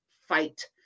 fight